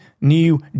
new